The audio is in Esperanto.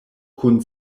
kun